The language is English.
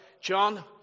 John